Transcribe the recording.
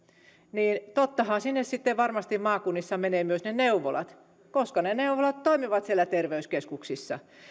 niin tottahan sinne sitten varmasti maakunnissa menevät myös neuvolat koska neuvolat toimivat siellä terveyskeskuksissa